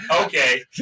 Okay